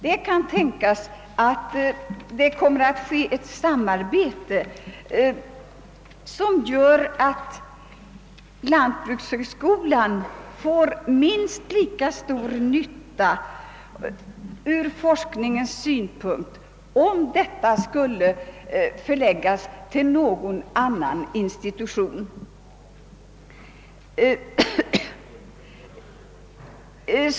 Det kan tänkas att ett samarbete kommer till stånd, så att lantbrukshögskolan får minst lika stor nytta av forskningen även om den förläggs till någon annan institution.